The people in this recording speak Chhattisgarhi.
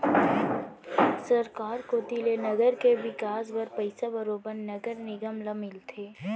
सरकार कोती ले नगर के बिकास बर पइसा बरोबर नगर निगम ल मिलथे